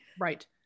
right